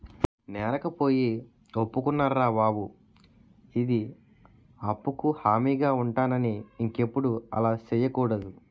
నేరకపోయి ఒప్పుకున్నారా బాబు ఈడి అప్పుకు హామీగా ఉంటానని ఇంకెప్పుడు అలా సెయ్యకూడదు